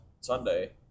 Sunday